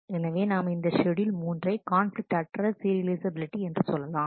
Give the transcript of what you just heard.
எனவே நாம் இந்த ஷெட்யூல் மூன்றை கான்பிலிக்ட் அற்ற சீரியலைஃசபிலிட்டி என்று சொல்லலாம்